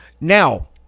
Now